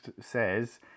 says